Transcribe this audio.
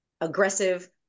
aggressive